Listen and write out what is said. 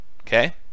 Okay